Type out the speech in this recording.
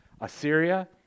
Assyria